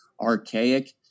archaic